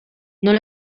nola